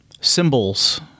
symbols